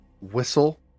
whistle